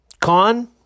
Con